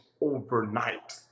overnight